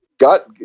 got